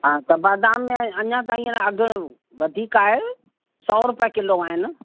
हा त बादाम में अञा ताईं या अघु वधीक आहे सौ रुपए किलो आहिनि